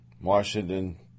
Washington